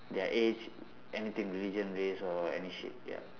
their age anything religion race or any shit ya